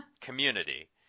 Community